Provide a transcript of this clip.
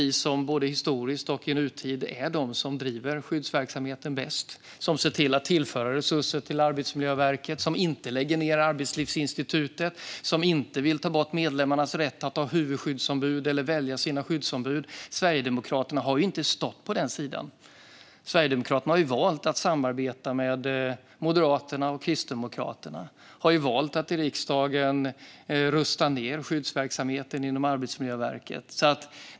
Vi är både historiskt och i nutid de som driver skyddsverksamheten bäst, som ser till att tillföra resurser till Arbetsmiljöverket, som inte lägger ned Arbetslivsinstitutet och som inte vill ta bort medlemmarnas rätt att ha huvudskyddsombud eller välja sina skyddsombud. Sverigedemokraterna har inte stått på den sidan. De har valt att samarbeta med Moderaterna och Kristdemokraterna. De har i riksdagen valt att rusta ned skyddsverksamheten inom Arbetsmiljöverket.